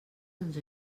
ens